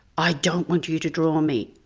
i don't want you to draw me,